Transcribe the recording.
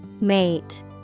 Mate